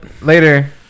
later